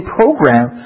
program